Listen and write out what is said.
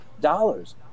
dollars